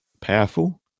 powerful